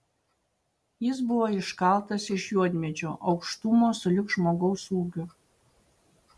jis buvo iškaltas iš juodmedžio aukštumo sulig žmogaus ūgiu